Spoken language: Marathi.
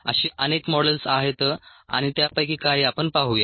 अशी अनेक मॉडेल्स आहेत आणि त्यापैकी काही आपण पाहूया